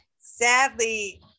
sadly